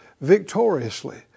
victoriously